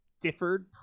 differed